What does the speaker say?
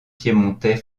piémontais